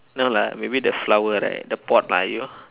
no lah maybe the flower right the pot lah you